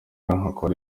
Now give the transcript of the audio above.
nkakora